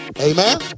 Amen